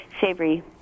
savory